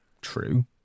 true